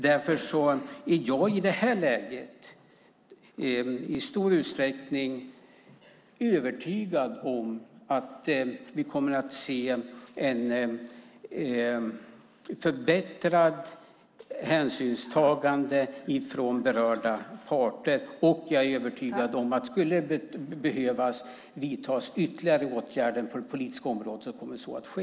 Därför är jag i detta läge i stor utsträckning övertygad om att vi kommer att se ett förbättrat hänsynstagande från berörda parter. Jag är också övertygad om att om det behövs vidtas ytterligare åtgärder på det politiska området kommer så att ske.